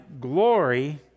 glory